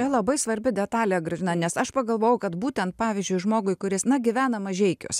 labai svarbi detalė gražina nes aš pagalvojau kad būtent pavyzdžiui žmogui kuris na gyvena mažeikiuose